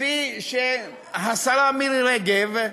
כפי שהשרה מירי רגב,